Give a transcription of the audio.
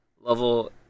level